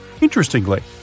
Interestingly